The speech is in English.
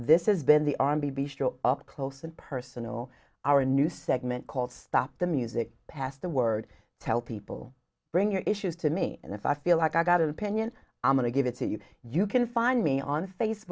this has been the on b b show up close and personal our new segment called stop the music past the word tell people bring your issues to me and if i feel like i got an opinion i'm going to give it to you you can find me on